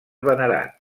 venerat